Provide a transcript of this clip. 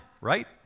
right